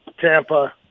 Tampa